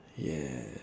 yes